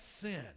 sin